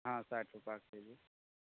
हँ साठि रूपआ के छै ई